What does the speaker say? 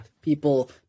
People